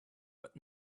but